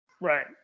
Right